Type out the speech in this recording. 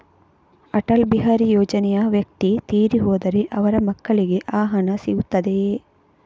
ಅಟಲ್ ಬಿಹಾರಿ ಯೋಜನೆಯ ವ್ಯಕ್ತಿ ತೀರಿ ಹೋದರೆ ಅವರ ಮಕ್ಕಳಿಗೆ ಆ ಹಣ ಸಿಗುತ್ತದೆಯೇ?